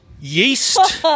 Yeast